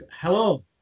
Hello